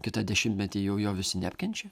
kitą dešimtmetį jau jo visi neapkenčia